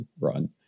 run